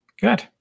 Good